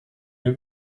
you